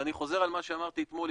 ואני חוזר על מה שאמרתי אתמול,